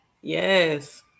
yes